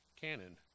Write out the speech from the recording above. Canon